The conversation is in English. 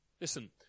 Listen